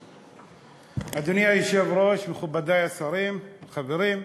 אדוני היושב-ראש, מכובדי השרים, חברים,